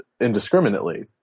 indiscriminately